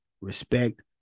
respect